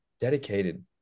dedicated